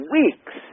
weeks